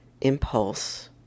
impulse